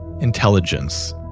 intelligence